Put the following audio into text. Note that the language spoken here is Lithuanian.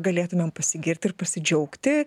galėtumėm pasigirti ir pasidžiaugti